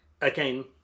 again